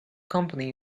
company